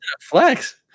Flex